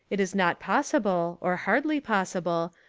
it is not possible, or hardly possible,